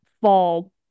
fall